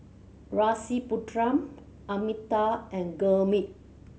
Rasipuram Amitabh and Gurmeet